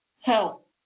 help